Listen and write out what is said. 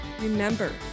remember